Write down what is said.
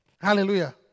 Hallelujah